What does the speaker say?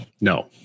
no